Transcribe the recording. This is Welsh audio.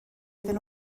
iddyn